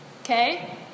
Okay